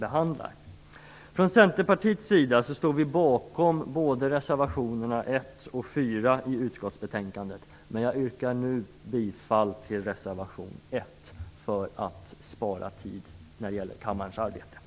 Vi står från Centerpartiets sida bakom både reservation 1 och reservation 4 vid utskottsbetänkandet, men jag yrkar nu för att spara tid i kammarens arbete bifall endast till reservation 1.